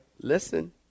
Listen